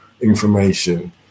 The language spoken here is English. information